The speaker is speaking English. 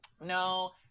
No